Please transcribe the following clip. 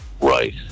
Right